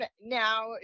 Now